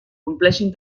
compleixin